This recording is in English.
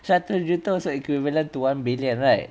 seratus juta also equivalent to one billion right